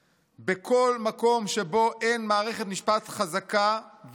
בכל מקום שבו אין מערכת משפט חזקה ועצמאית,